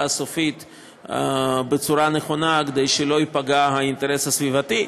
הסופית בצורה נכונה כדי שלא ייפגע האינטרס הסביבתי.